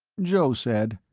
joe said,